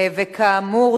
וכאמור,